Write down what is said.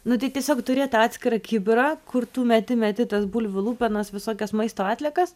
nu tai tiesiog turėt tą atskirą kibirą kur tu meti meti tas bulvių lupenas visokias maisto atliekas